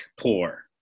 poor